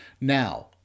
Now